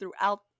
throughout